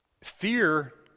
Fear